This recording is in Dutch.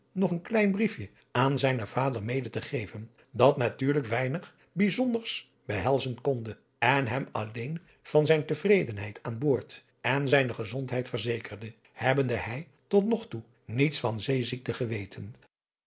nog een klein briefje aan zijnen vader mede te geven dat natuurlijk weinig bijzonders behelzen koude en hem alleen van zijne tevredenheid aan boord en zijne gezondheid verzekerde hebbende hij tot nog niets van zeeziekte geweten